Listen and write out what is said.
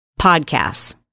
podcasts